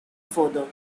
further